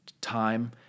time